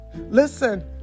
Listen